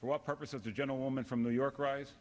for what purpose of the gentleman from new york rise